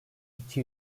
iki